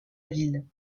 ville